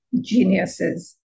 geniuses